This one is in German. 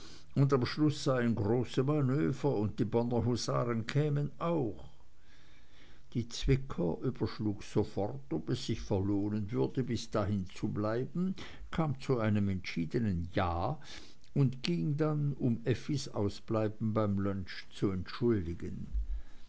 und am schluß seien große manöver und die bonner husaren kämen auch die zwicker überschlug sofort ob es sich verlohnen würde bis dahin zu bleiben kam zu einem entschiedenen ja und ging dann um effis ausbleiben beim lunch zu entschuldigen